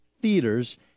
theaters